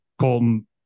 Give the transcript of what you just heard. Colton